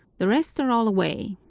the rest are all away.